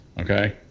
okay